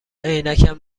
عینکم